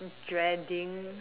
dreading